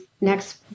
next